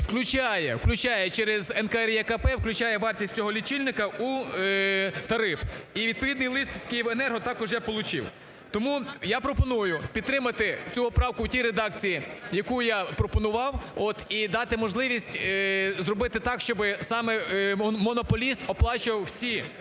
включає через НКРЕКП, включає вартість цього лічильника у тариф. І, відповідний лист з "Київенерго" також я получив. Тому, я пропоную підтримати цю поправку в тій редакції, яку я пропонував і дати можливість зробити так, щоб саме монополіст оплачував всі